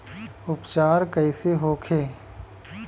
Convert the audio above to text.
उपचार कईसे होखे?